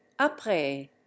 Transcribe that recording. après